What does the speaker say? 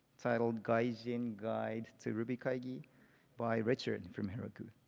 titled gaijin guide to rubykaigi by richard from heroku.